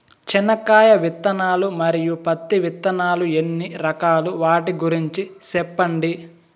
చెనక్కాయ విత్తనాలు, మరియు పత్తి విత్తనాలు ఎన్ని రకాలు వాటి గురించి సెప్పండి?